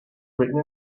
written